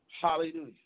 Hallelujah